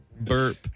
Burp